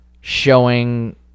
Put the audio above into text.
showing